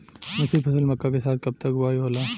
मिश्रित फसल मक्का के साथ कब तक बुआई होला?